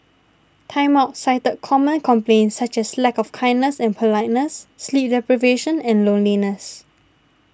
Time Out cited common complaints such as lack of kindness and politeness sleep deprivation and loneliness